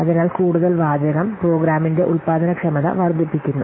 അതിനാൽ കൂടുതൽ വാചകം പ്രോഗ്രാമ്മിന്റെ ഉൽപാദനക്ഷമത വർദ്ധിപ്പിക്കുന്നു